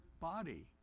body